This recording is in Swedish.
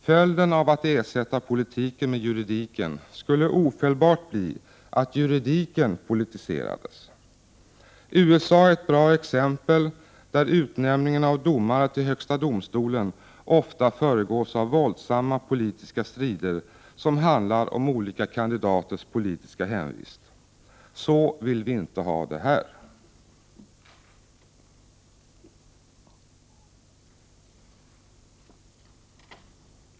Följden av att ersätta politiken med juridiken skulle ofelbart bli att juridiken politiserades. USA är ett bra exempel där utnämningen av domare till högsta domstolen ofta föregås av våldsamma politiska strider, som handlar om olika kandidaters politiska hemvist. Så vill vi inte ha det här.